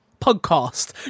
podcast